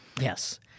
Yes